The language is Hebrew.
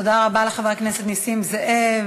תודה רבה לחבר הכנסת נסים זאב.